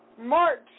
March